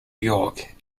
york